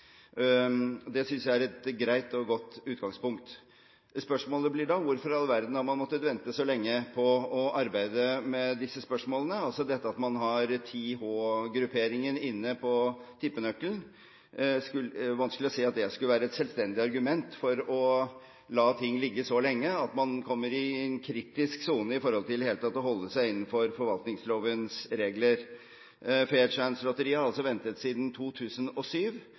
Det synes jeg er et greit og godt utgangspunkt. Spørsmålet blir da: Hvorfor i all verden har man måttet vente så lenge på å arbeide med disse spørsmålene – altså dette med at man har 10H-grupperingen inne på tippenøkkelen? Det er vanskelig å se at det skulle være et selvstendig argument for å la ting ligge så lenge at man kommer i en kritisk sone med hensyn til i det hele tatt å holde seg innenfor forvaltningslovens regler. Fair Chance-lotteriet har altså ventet siden 2007.